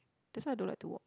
that's why I don't like to watch